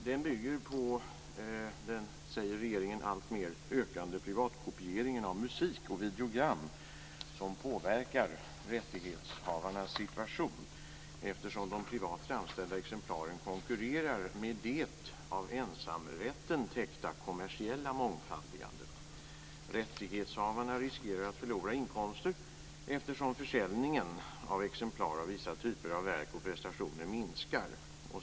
Den bygger på - säger regeringen - den alltmer ökade privatkopieringen av musik och videogram som påverkar rättighetshavarnas situation, eftersom de privat framställda exemplaren konkurrerar med det av ensamrätten täckta kommersiella mångfaldigandet. Rättighetshavarna riskerar att förlora inkomster, eftersom försäljningen av exemplar av vissa typer av verk och prestationer minskar.